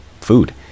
food